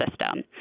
system